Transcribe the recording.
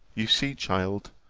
you see, child,